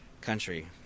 country